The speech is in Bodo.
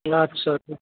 आथ्सा आथ्सा